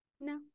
No